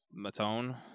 Matone